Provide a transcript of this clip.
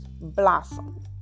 blossom